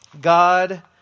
God